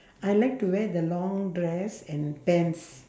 I like to wear the long dress and pants